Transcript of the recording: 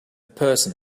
person